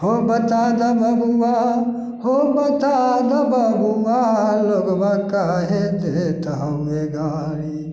हो बता दऽ बबुआ हो बता दऽ बबुआ लोगबा काहे देत हमे गारी